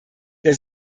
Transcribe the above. der